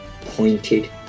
pointed